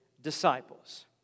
disciples